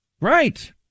Right